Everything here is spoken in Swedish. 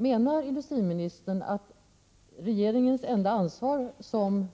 Menar industriministern att regeringens enda ansvar som